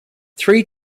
three